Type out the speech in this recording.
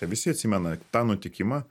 visi atsimena tą nutikimą